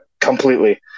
completely